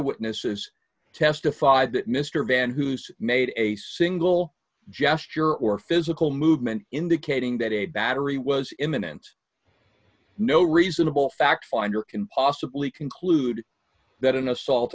witness has testified that mr van hoosen made a single gesture or physical movement indicating that a battery was imminent no reasonable fact finder can possibly conclude that an assault